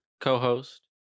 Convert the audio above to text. co-host